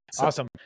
Awesome